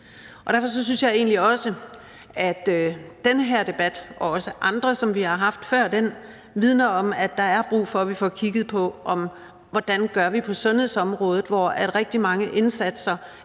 Derfor synes jeg egentlig også, at den her debat – og også andre, som vi har haft før den – vidner om, at der er brug for, at vi får kigget på, hvordan vi gør på sundhedsområdet, hvor rigtig mange indsatser